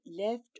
left